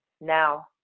now